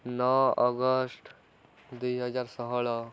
ନଅ ଅଗଷ୍ଟ ଦୁଇହଜାର ଷୋହଳ